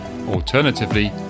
Alternatively